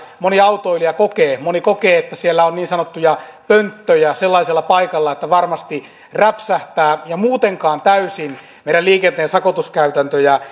moni autoilija kokee että siellä on niin sanottuja pönttöjä sellaisella paikalla että varmasti räpsähtää ja muutenkaan täysin meidän liikenteen sakotuskäytäntöjä